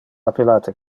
appellate